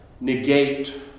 negate